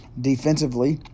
Defensively